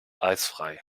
eisfrei